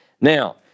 Now